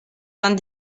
vingt